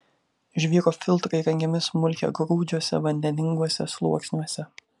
žvyro filtrai įrengiami smulkiagrūdžiuose vandeninguosiuose sluoksniuose